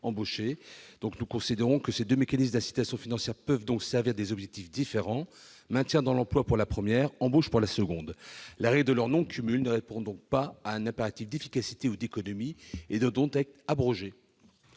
embauchée. À nos yeux, ces deux mécanismes d'incitation financière peuvent servir des objectifs différents : le maintien dans l'emploi pour le premier, l'embauche pour le second. La règle de leur non-cumul ne répond donc pas à un impératif d'efficacité ou d'économie. Elle doit, dès lors, être